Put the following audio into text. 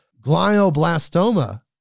glioblastoma